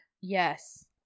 Yes